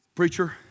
Preacher